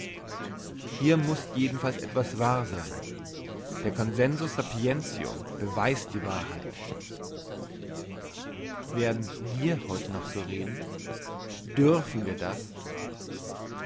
hier muss jedenfalls etwas wahr sein der consensus sapientium beweist die wahrheit werden wir heute noch so reden dürfen wir das